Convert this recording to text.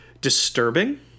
disturbing